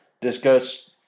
discuss